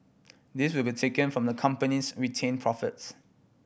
this will be taken from the company's retained profits